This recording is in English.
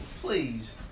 Please